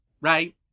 right